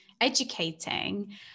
educating